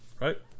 Right